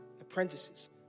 apprentices